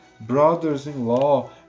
brothers-in-law